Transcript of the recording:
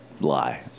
lie